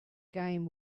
game